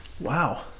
Wow